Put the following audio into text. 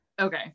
Okay